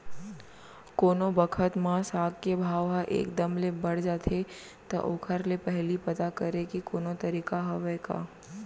कोनो बखत म साग के भाव ह एक दम ले बढ़ जाथे त ओखर ले पहिली पता करे के कोनो तरीका हवय का?